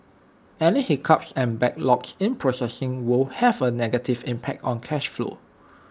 any hiccups and backlogs in processing will have A negative impact on cash flow